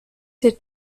der